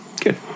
good